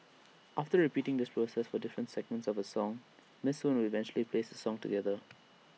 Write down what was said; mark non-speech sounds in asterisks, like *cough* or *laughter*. after repeating the through *unintelligible* for the different segments of A song miss soon would eventually plays song together